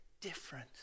different